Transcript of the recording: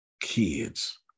kids